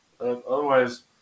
Otherwise